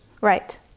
Right